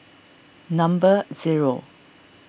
number zero